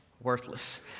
worthless